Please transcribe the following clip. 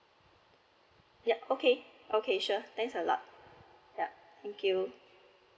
ya okay okay sure thanks a lot yup thank you